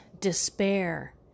despair